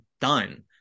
done